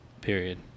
period